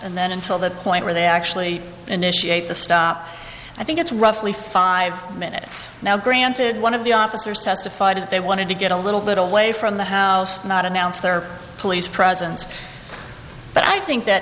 and then until that point where they actually initiate the stop i think it's roughly five minutes now granted one of the officers testified that they wanted to get a little bit away from the house not announce their police presence but i think that